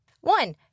One